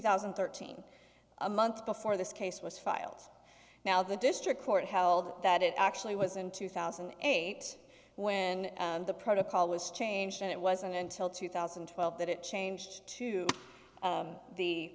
thousand and thirteen a month before this case was filed now the district court held that it actually was in two thousand and eight when the protocol was changed and it wasn't until two thousand and twelve that it changed to